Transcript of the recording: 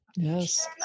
Yes